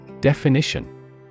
Definition